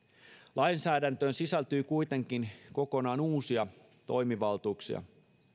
lainsäädäntöön sisältyy kuitenkin kokonaan uusia toimivaltuuksia